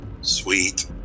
Sweet